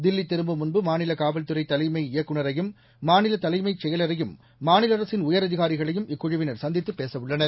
தில்லி திரும்பும் முன்பு மாநில காவல்துறை தலைமை இயக்குநரையும் மாநில தலைமைச் செயலரையும் மாநில அரசின் உயரதிகாரிகளையும் இக்குழுவினர் சந்தித்துப் பேசவுள்ளனர்